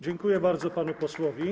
Dziękuję bardzo panu posłowi.